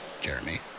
Jeremy